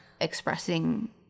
expressing